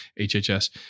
HHS